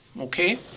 Okay